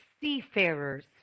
seafarers